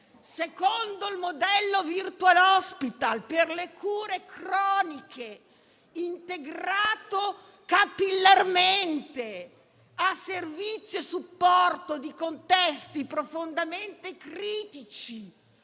secondo il modello del *virtual hospital* per le cure croniche integrato capillarmente, a servizio e supporto di contesti profondamente critici